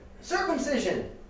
circumcision